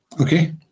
Okay